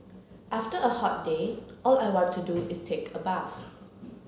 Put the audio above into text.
after a hot day all I want to do is take a bath